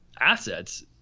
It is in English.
assets